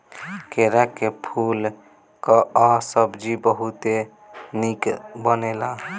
केरा के फूले कअ सब्जी बहुते निक बनेला